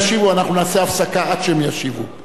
ואם ההפסקה תיקח ארבעה חודשים, גם כך יהיה.